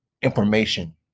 information